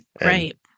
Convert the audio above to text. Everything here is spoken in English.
Right